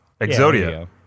Exodia